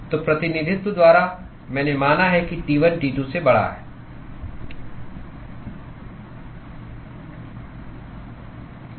तो प्रतिनिधित्व द्वारा मैंने माना है कि T1 T2 से बड़ा है